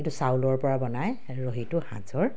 এইটো চাউলৰ পৰা বনাই ৰহীটো সাঁজৰ